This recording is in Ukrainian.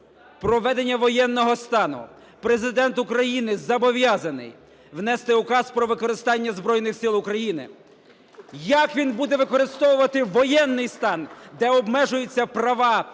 про введення воєнного стану Президент України зобов'язаний внести Указ про використання Збройних Сил України, як він буде використовувати воєнний стан, де обмежуються права